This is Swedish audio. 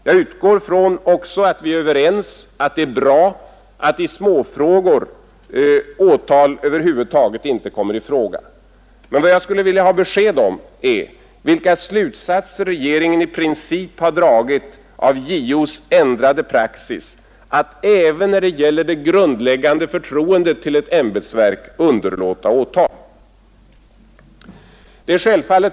Jag utgår ifrån att vi är överens om att det är bra att i småfrågor åtal över huvud taget inte kommer i fråga, men jag vill ha besked om vilka slutsatser regeringen i princip dragit av JO:s ändrade praxis att även när det gäller det grundläggande förtroendet till ett ämbetsverk underlåta åtal.